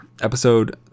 Episode